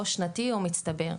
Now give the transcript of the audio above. או שנתי או מצטבר,